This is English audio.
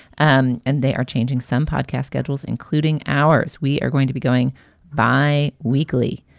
um and they are changing some podcast schedules, including ours. we are going to be going by weekly.